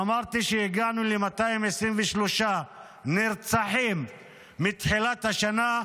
אמרתי שהגענו ל-223 נרצחים מתחילת השנה,